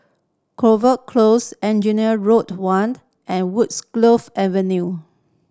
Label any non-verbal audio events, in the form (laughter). (unintelligible) Close Engineer Road one and Woodgroves Avenue